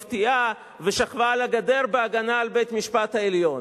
מפתיעה ושכבה על הגדר בהגנה על בית-המשפט העליון,